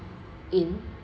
in